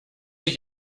ich